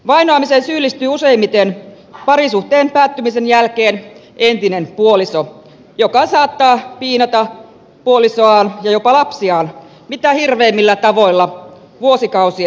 vainoamiseen syyllistyy useimmiten parisuhteen päättymisen jälkeen entinen puoliso joka saattaa piinata puolisoaan ja jopa lapsiaan mitä hirveimmillä tavoilla vuosikausien ajan